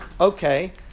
Okay